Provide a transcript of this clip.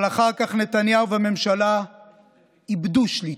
אבל אחר כך נתניהו והממשלה איבדו שליטה.